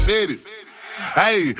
Hey